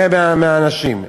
מהאנשים.